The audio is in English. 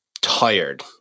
tired